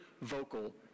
vocal